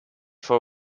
for